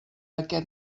aquest